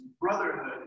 brotherhood